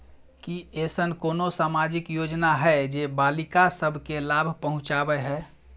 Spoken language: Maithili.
की ऐसन कोनो सामाजिक योजना हय जे बालिका सब के लाभ पहुँचाबय हय?